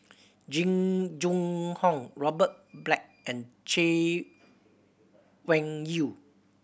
Jing Jun Hong Robert Black and Chay Weng Yew